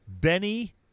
Benny